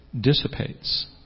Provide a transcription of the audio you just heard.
dissipates